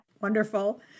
Wonderful